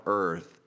earth